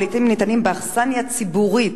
ולעתים ניתנים באכסניה ציבורית,